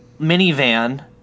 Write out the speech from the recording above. minivan